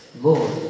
Lord